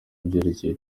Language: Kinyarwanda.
ibyerekeye